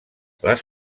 les